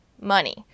money